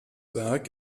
werk